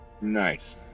nice